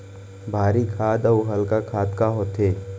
भारी खाद अऊ हल्का खाद का होथे?